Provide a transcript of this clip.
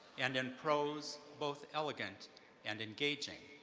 and in prose both elegant and engaging.